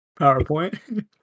PowerPoint